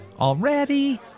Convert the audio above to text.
Already